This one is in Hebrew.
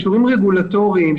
אישורים רגולטוריים,